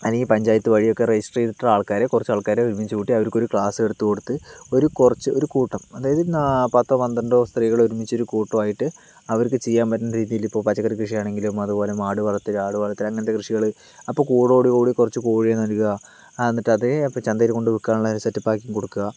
അല്ലെങ്കിൽ പഞ്ചായത്ത് വഴിയോ ഒക്കെയോ റെജിസ്റ്റർ ചെയ്തിട്ടുള്ള ആൾക്കാര് കുറച്ചാൾക്കാര് ഒരുമിച്ചു കൂട്ടി അവർക്കൊരു ക്ലാസ്സെടുത്തു കൊടുത്ത് ഒരു കുറച്ച് ഒരു കൂട്ടം അതായത് പത്തോ പന്ത്രണ്ടോ സ്ത്രീകള് ഒരുമിച്ച് ഒരു കൂട്ടമായിട്ട് അവർക്ക് ചെയ്യാൻ പറ്റുന്ന രീതിയിലിപ്പോൾ പച്ചക്കറി കൃഷി ആണെങ്കിലും അതുപോലെ മാട് വളർത്തല് ആട് വളർത്തല് അങ്ങനത്തെ കൃഷികള് അപ്പോൾ കൂടോടു കൂടി കുറച്ച് കോഴിയെ നല്കുക എന്നിട്ട് അതേ അപ്പോൾ ചന്തയിൽ കൊണ്ട് വിൽക്കാനുള്ള ഒരു സെറ്റപ്പ് ആക്കി കൊടുക്കുക